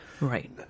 Right